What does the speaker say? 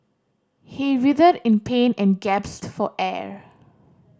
he writhed in pain and gasped for air